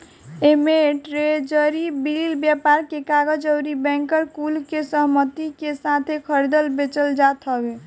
एमे treasury bill, व्यापार के कागज अउरी बैंकर कुल के सहमती के साथे खरीदल बेचल जात हवे